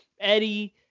Eddie